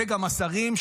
וגם השרים,